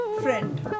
friend